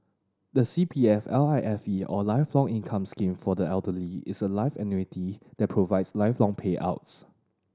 the C P F L I F E or Lifelong Income Scheme for the elderly is a life annuity that provides lifelong payouts